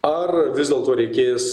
ar vis dėlto reikės